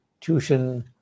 tuition